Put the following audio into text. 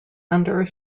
under